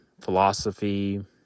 philosophy